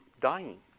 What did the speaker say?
dying